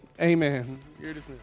Amen